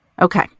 Okay